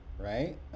Right